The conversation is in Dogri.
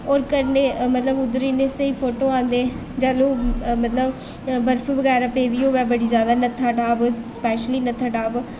और कन्नै उद्धर मतलब इन्ने स्हेई फोटो औंदे जैह्लूं मतलब बर्फ बगैरा पेदी होऐ नत्था टॉप स्पैशली नत्था टॉप